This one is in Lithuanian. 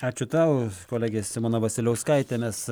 ačiū tau kolegė simona vasiliauskaitė mes